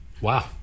Wow